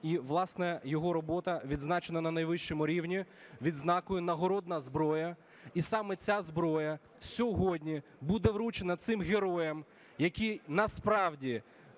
і, власне, його робота відзначена на найвищому рівні відзнакою нагородна зброя. І саме ця зброя сьогодні буде вручена цим героям, які насправді